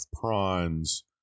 prawns